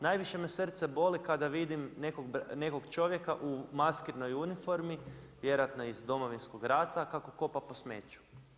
Najviše me srce boli kada vidim nekog čovjeka u maskirnoj uniformi, vjerojatno iz Domovinskog rata kako kopa po smeću.